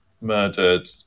murdered